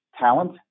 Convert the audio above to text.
talent